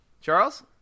Charles